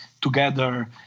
together